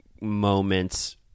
moments